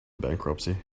bankruptcy